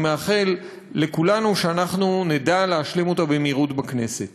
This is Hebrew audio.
ואני מאחל לכולנו שנדע להשלים אותה במהירות בכנסת.